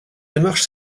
démarche